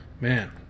man